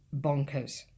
bonkers